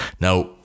now